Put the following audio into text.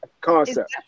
concept